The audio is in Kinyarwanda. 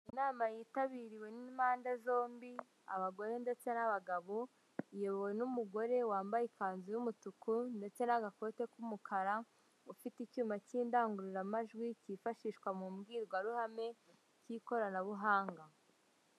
Inama yitabiriwe n'impande zombi; abagore ndetse n'abagabo, iyobowe n'umugore wambaye ikanzu y'umutuku ndetse n'agakote k'umukara, ufite icyuma cy'indangururamajwi kifashishwa mu mbwirwaruhame cy'ikoranabuhanga.